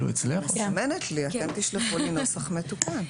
אני מסמנת לי ואתם תשלחו לי נוסח מתוקן.